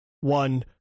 one